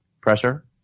pressure